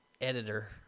Editor